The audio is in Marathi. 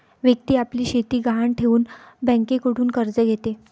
व्यक्ती आपली शेती गहाण ठेवून बँकेकडून कर्ज घेते